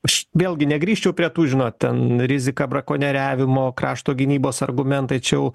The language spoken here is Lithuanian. aš vėlgi negrįžčiau prie tų žinot ten rizika brakonieriavimo krašto gynybos argumentai čia jau